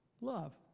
love